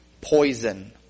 poison